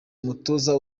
umutoza